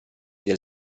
del